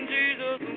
Jesus